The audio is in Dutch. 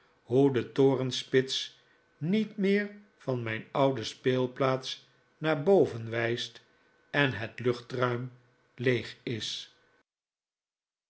hoe de torenspits niet meer van mijn oude speelplaats naar boven wijst en het luchtruim leeg is